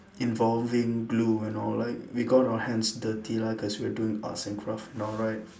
involving glue and all like we got our hands dirty lah cause we're doing arts and craft and all right